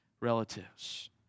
relatives